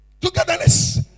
Togetherness